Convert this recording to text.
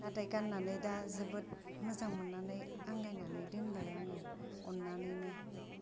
नाथाय गान्नानै दा जोबोद मोजां मोननानै आंगायनानै दोनबाय आङो अननानैनो